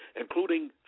including